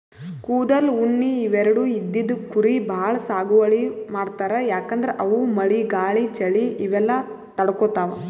ಕೂದಲ್, ಉಣ್ಣಿ ಇವೆರಡು ಇದ್ದಿದ್ ಕುರಿ ಭಾಳ್ ಸಾಗುವಳಿ ಮಾಡ್ತರ್ ಯಾಕಂದ್ರ ಅವು ಮಳಿ ಗಾಳಿ ಚಳಿ ಇವೆಲ್ಲ ತಡ್ಕೊತಾವ್